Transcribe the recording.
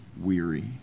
weary